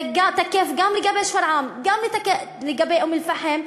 זה תקף גם לגבי שפרעם, גם לגבי אום-אלפחם.